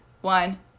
One